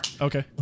okay